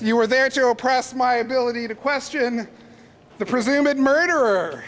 you were there to oppress my ability to question the presume of murder